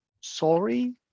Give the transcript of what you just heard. sorry